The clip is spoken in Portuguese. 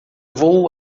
vou